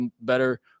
better